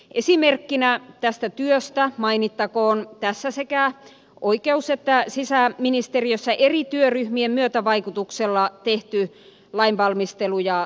esimerkkinä tästä työstä mainittakoon tässä sekä oikeus että sisäministeriössä eri työryhmien myötävaikutuksella tehty lainvalmistelu ja selvitystyö